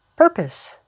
purpose